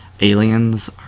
aliens